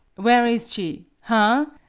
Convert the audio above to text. where is she? hah!